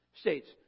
States